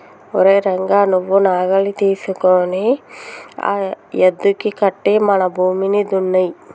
ఓరై రంగ నువ్వు నాగలి తీసుకొని ఆ యద్దుకి కట్టి మన భూమిని దున్నేయి